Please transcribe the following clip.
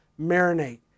marinate